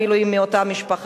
אפילו אם היא מאותה משפחה.